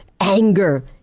anger